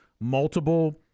multiple